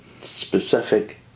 specific